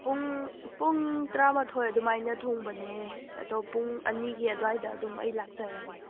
ꯄꯨꯡ ꯄꯨꯡ ꯇꯔꯥꯃꯥꯊꯣꯏ ꯑꯗꯨꯃꯥꯏꯅ ꯊꯨꯡꯕꯅꯦ ꯑꯗꯣ ꯄꯨꯡ ꯑꯅꯤꯒꯤ ꯑꯗꯨꯋꯥꯏꯗ ꯑꯗꯨꯝ ꯑꯩ ꯂꯥꯛꯆꯔꯒꯦ